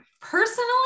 personally